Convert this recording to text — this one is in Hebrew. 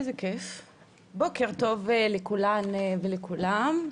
בוקר טוב לכולן ולכולם,